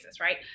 right